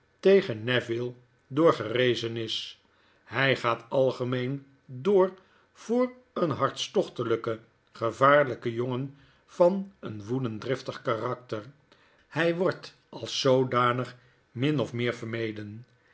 tegen neville door gerezen is hjj gaat algemeen door voor een hartstochtelijken gevaartijken jongen van een woedend driftig karakter hy wordt als zoodanig min of meer vermeden